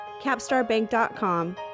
capstarbank.com